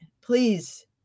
please